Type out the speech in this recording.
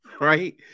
right